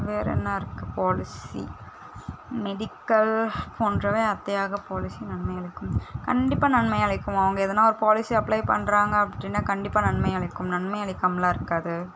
வேற என்ன இருக்கும் பாலிசி மெடிக்கல் போன்றவை அத்தையாக பாலிசி நன்மை அளிக்கும் கண்டிப்பாக நன்மை அளிக்கும் அவங்க எதனால் ஒரு பாலிசி அப்ளை பண்ணுறாங்க அப்படின்னா கண்டிப்பாக நன்மை அளிக்கும் நன்மை அளிக்காமலெலாம் இருக்காது